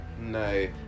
No